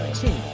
two